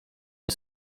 nie